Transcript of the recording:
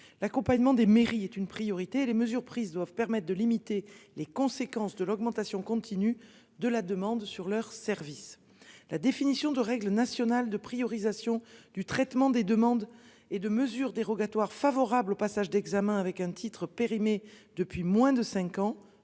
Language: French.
l'accompagnement des mairies est une priorité, et les mesures prises doivent permettre de limiter les conséquences de l'augmentation continue de la demande sur leurs services. La définition de règles nationales de priorisation du traitement des demandes et de mesures dérogatoires favorable au passage d'examen avec un titre périmée depuis moins de 5 ans